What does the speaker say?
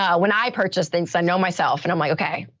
um when i purchase things, i know myself and i'm like, okay,